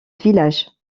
village